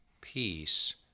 peace